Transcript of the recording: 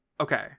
okay